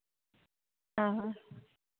ᱦᱚᱸ ᱦᱚᱸ